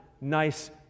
nice